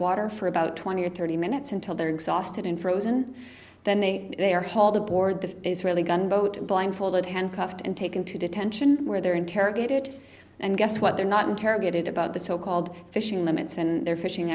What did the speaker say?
water for about twenty or thirty minutes until they're exhausted and frozen then they they are hauled aboard the israeli gunboat blindfolded handcuffed and taken to detention where they're interrogated and guess what they're not interrogated about the so called fishing limits and their fishing